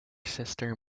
sister